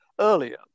earlier